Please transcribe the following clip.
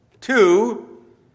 Two